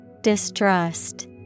Distrust